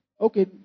okay